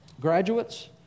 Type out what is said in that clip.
Graduates